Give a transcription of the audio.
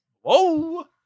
Whoa